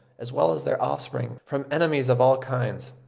as well as their offspring, from enemies of all kinds.